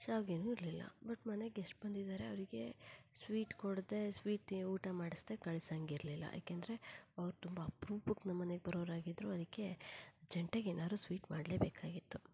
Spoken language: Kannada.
ಶ್ಯಾವಿಗೇನು ಇರಲಿಲ್ಲ ಬಟ್ ಮನೆಗೆ ಗೆಸ್ಟ್ ಬಂದಿದ್ದಾರೆ ಅವರಿಗೆ ಸ್ವೀಟ್ ಕೊಡದೇ ಸ್ವೀಟ್ ಊಟ ಮಾಡಿಸದೇ ಕಳ್ಸೋಂಗಿರ್ಲಿಲ್ಲ ಏಕೆಂದರೆ ಅವ್ರು ತುಂಬ ಅಪ್ರೂಪಕ್ಕೆ ನಮ್ಮನೆಗೆ ಬರುವವರಾಗಿದ್ದರು ಅದಕ್ಕೆ ಅರ್ಜೆಂಟಾಗಿ ಏನಾದ್ರು ಸ್ವೀಟ್ ಮಾಡಲೇಬೇಕಾಗಿತ್ತು